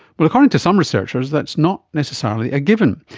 but according to some researchers that's not necessarily a given.